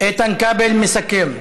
איתן כבל מסכם.